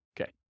Okay